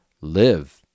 live